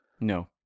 No